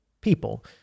people